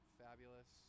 fabulous